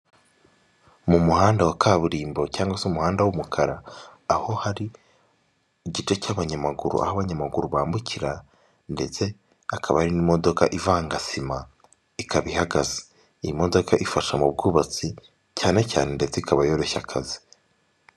Mu muhanda wa kaburimbo cyangwa se umuhanda w'umukara aho hari igice cy'abanyamaguru, aho abanyamaguru bambukira, ndetse hakaba kari n'imodoka ivanga sima, ikaba ihagaze iyi modoka ifasha mu bwubatsi cyane cyane ndetse ikaba yoroshya akazi.